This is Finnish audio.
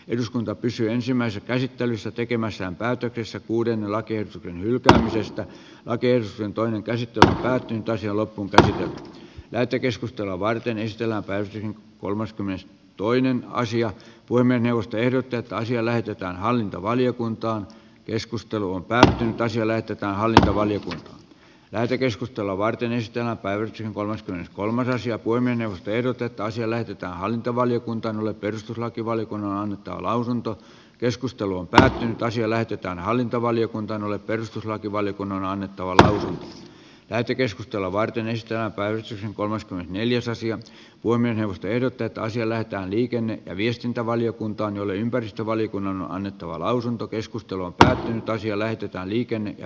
eduskunta pysyä ensimmäiset esittelyssä tekemässään päätetyssä kuuden lakia tähdistä lakersin toinen käsi tytön rakentaisi lopulta lähetekeskustelua varten tilapäisiin kolmaskymmenes toinen asia voimme puhemiesneuvosto ehdottaa että asia lähetetään hallintovaliokuntaan keskusteluun pääsee toiselle taholle oli lähetekeskustelua varten ja päiviksi kolmaskymmeneskolmas asia voi mennä ehdotetaan sille mitä hallintovaliokunta hole perustuslakivaliokunnan lausuntoa keskustelun pelätyn toisi lähetetään hallintovaliokuntaan ole perustuslakivaliokunnan annettavalle lähetekeskustelua varten estää pääsyn kolmas kun neljäsosia voimme tiedotetaan sielläkään työelämä ja viestintävaliokunta oli ympäristövaliokunnan on annettava lausunto keskustelua tähän toisi lähetetään tasa arvovaliokuntaan